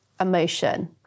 emotion